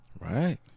right